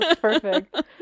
Perfect